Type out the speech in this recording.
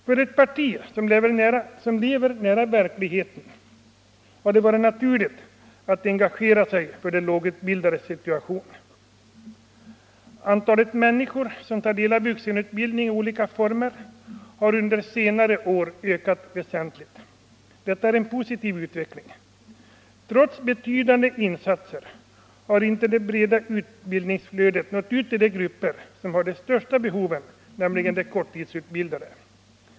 Vuxenutbildningen, För ett parti som lever nära verkligheten har det varit naturligt att enga = m.m. gera sig för de lågutbildades situation. Antalet människor som tar del av vuxenutbildning i olika former har under senare år ökat väsentligt. Detta är en positiv utveckling. Trots betydande insatser har inte det breda utbildningsflödet nått ut till de grupper som har de största behoven, nämligen de korttidsutbildade.